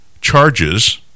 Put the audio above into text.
charges